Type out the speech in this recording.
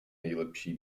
nejlepší